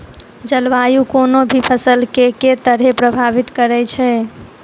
जलवायु कोनो भी फसल केँ के तरहे प्रभावित करै छै?